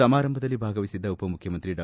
ಸಮಾರಂಭದಲ್ಲಿ ಭಾಗವಹಿಸಿದ್ದ ಉಪಮುಖ್ಯಮಂತ್ರಿ ಡಾ